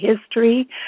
history